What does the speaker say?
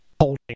holding